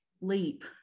leap